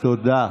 תודה.